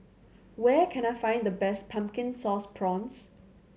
where can I find the best Pumpkin Sauce Prawns